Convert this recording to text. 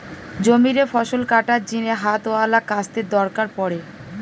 জমিরে ফসল কাটার জিনে হাতওয়ালা কাস্তের দরকার পড়ে